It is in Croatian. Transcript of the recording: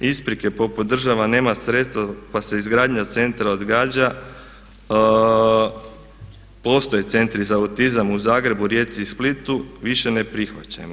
Isprike poput država nema sredstva pa se izgradnja centra odgađa, postoje centri za autizam u Zagrebu, Rijeci i Splitu, više ne prihvaćamo.